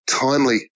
timely